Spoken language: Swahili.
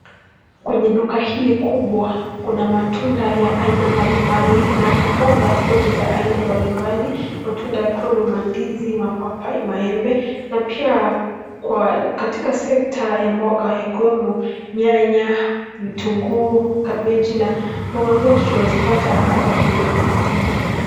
Kwenye duka hili kubwa kuna matunda ya aina mbali mbali, na hata mboga zote za aina mbali mbali. Matunda yakiwemo mandizi, mapapai, maembe, na pia katika sekta ya mboga yakiwemo, nyanya, vitunguu, kabeji, na mboga zote tunazipata hapa kwenye duka kubwa.